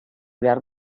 behar